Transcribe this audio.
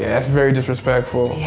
that's very disrespectful. yeah.